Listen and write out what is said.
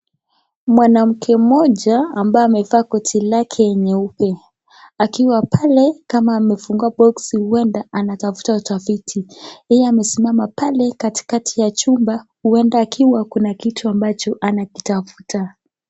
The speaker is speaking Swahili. Mwanamke mmoja ambaye amevaa koti lake nyeupe, akiwa pale kama amefungua boksi huenda anatafuta toviti. Yeye amesimama pale katikati ya chumba huenda akiwa kuna kitu ambacho anakitafuta.